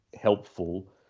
helpful